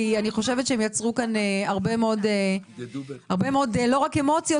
כי אני חושבת שהם יצרו פה הרבה מאוד לא רק אמוציות,